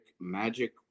magic